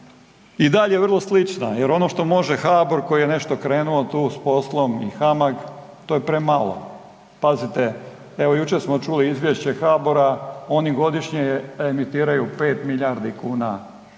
i dalje vrlo slična jer ono što može HBOR koji je nešto krenuo tu s poslom i HAMAG to je premalo. Pazite evo jučer smo čuli izvješće HBOR-a oni godišnje emitiraju 5 milijardi kuna